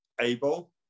able